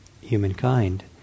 humankind